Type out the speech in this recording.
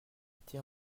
été